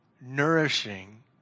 nourishing